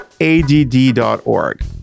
add.org